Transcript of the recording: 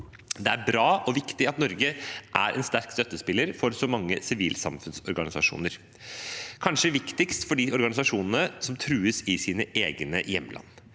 Det er bra og viktig at Norge er en sterk støttespiller for så mange sivilsamfunnsorganisasjoner, og det er kanskje viktigst for de organisasjonene som trues i sine egne hjemland.